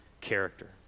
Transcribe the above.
character